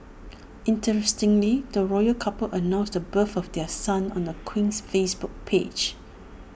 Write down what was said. interestingly the royal couple announced the birth of their son on the Queen's Facebook page